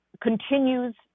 continues